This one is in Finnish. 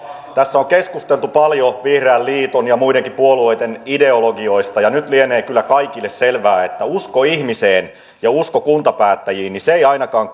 tässä on keskusteltu paljon vihreän liiton ja muidenkin puolueiden ideologioista nyt lienee kyllä kaikille selvää että usko ihmiseen ja usko kuntapäättäjiin ei ainakaan